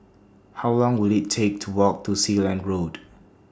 How Long Will IT Take to Walk to Sealand Road